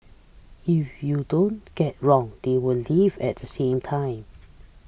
if you don't get wrong they will leave at the same time